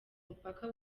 mupaka